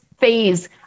phase